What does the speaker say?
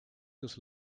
this